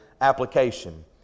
application